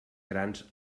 grans